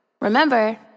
Remember